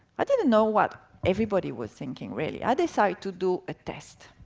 i didn't know what everybody was thinking, really. i decided to do a test.